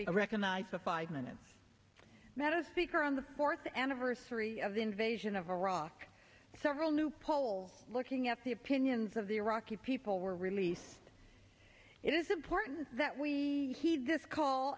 and recognize the five minutes that is speaker on the fourth anniversary of the invasion of iraq several new polls looking at the opinions of the iraqi people were released it is important that we heed this call